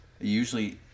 usually